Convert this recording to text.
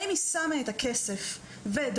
האם היא שמה את הכסף ודואגת